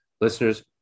listeners